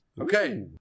Okay